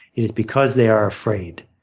it is because they are afraid.